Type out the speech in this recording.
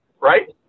Right